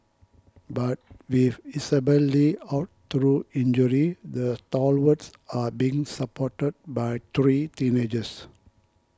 but with Isabelle Li out through injury the stalwarts are being supported by three teenagers